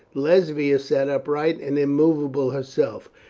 lesbia sat upright and immovable herself.